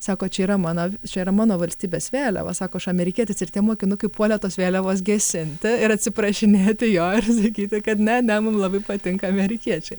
sako čia yra mano vi čia yra mano valstybės vėliava sako aš amerikietis ir tie mokinukai puolė tos vėliavos gesinti ir atsiprašinėti jo ir sakyti kad ne ne mum labai patinka amerikiečiai